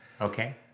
Okay